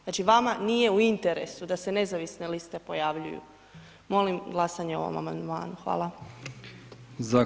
Znači vama nije u interesu da se nezavisne liste pojavljuju, molim glasanje o ovo amandmanu, hvala.